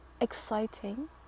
exciting